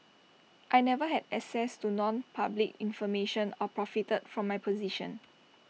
I never had access to nonpublic information or profited from my position